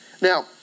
Now